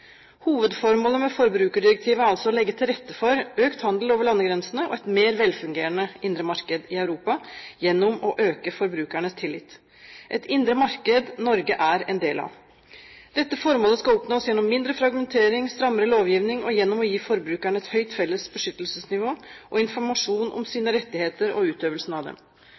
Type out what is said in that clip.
Hovedformålet med forbrukerrettighetsdirektivet er altså å legge til rette for økt handel over landegrensene og et mer velfungerende indre marked i Europa gjennom å øke forbrukernes tillit, et indre marked som Norge er en del av. Dette formålet skal oppnås gjennom mindre fragmentering, strammere lovgivning og gjennom å gi forbrukerne et høyt felles beskyttelsesnivå og informasjon om sine rettigheter og utøvelsen av dem.